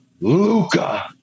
Luca